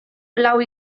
lau